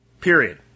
period